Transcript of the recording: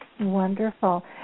Wonderful